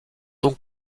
donc